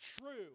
true